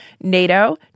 NATO